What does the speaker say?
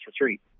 retreat